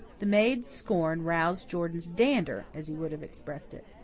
the maid's scorn roused jordan's dander, as he would have expressed it.